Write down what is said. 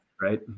right